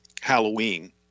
Halloween